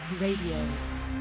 Radio